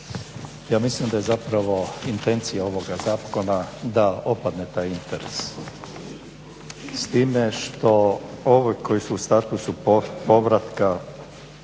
Ja mislim da je zapravo intencija ovoga zakona da opadne taj interes s time što ovi koji su u statusu povratka,